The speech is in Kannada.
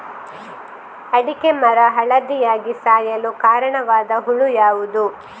ಅಡಿಕೆ ಮರ ಹಳದಿಯಾಗಿ ಸಾಯಲು ಕಾರಣವಾದ ಹುಳು ಯಾವುದು?